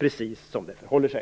exakt hur det förhåller sig.